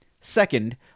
Second